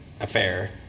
affair